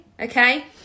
okay